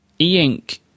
e-ink